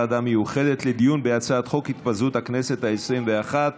לדיון בהצעת חוק התפזרות הכנסת העשרים-ואחת,